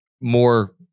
more